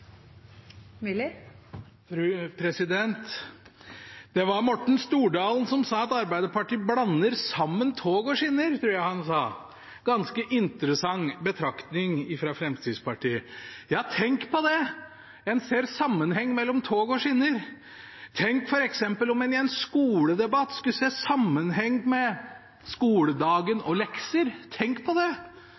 Det var Morten Stordalen som sa at Arbeiderpartiet blander sammen tog og skinner – jeg tror han sa det. Det er en ganske interessant betraktning fra Fremskrittspartiet. Ja, tenk på det – en ser sammenheng mellom tog og skinner! Tenk f.eks. om en i en skoledebatt skulle se sammenheng mellom skoledagen og lekser! Tenk på det!